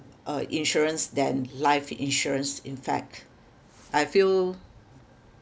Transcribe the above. uh insurance than life insurance in fact I feel